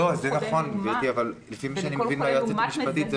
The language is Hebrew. זה נכון אבל לפי מה שאני מבין מהיועצת המשפטית,